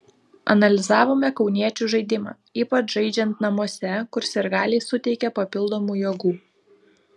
analizavome kauniečių žaidimą ypač žaidžiant namuose kur sirgaliai suteikia papildomų jėgų